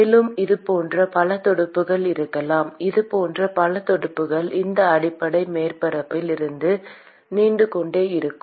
மேலும் இது போன்ற பல துடுப்புகள் இருக்கலாம் இது போன்ற பல துடுப்புகள் இந்த அடிப்படை மேற்பரப்பில் இருந்து நீண்டுகொண்டே இருக்கும்